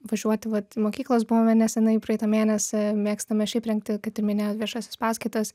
važiuoti vat į mokyklas buvome neseniai praeitą mėnesį mėgstame šiaip rengti kaip ir minėjo viešasias paskaitas